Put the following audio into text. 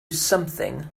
something